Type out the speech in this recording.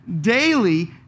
daily